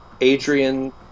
Adrian